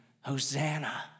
Hosanna